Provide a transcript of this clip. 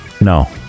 No